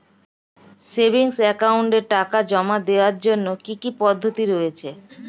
Savings একাউন্টে টাকা জমা দেওয়ার জন্য কি কি পদ্ধতি রয়েছে?